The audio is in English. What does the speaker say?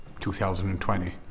2020